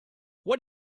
what